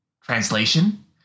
Translation